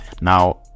Now